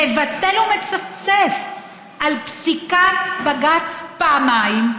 מבטל ומצפצף על פסיקת בג"ץ פעמיים,